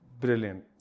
Brilliant